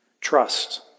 Trust